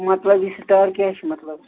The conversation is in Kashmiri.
مطلب یہِ سِٹار کیٛاہ چھُ مطلب